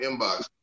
inbox